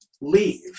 leave